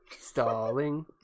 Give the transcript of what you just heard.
Stalling